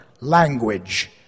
language